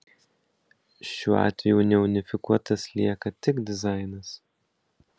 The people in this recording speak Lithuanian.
šiuo atveju neunifikuotas lieka tik dizainas